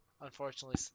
Unfortunately